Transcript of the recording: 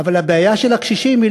אבל לפני יום השואה המודעות של התקשורת